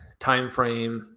timeframe